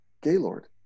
Gaylord